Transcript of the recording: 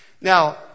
Now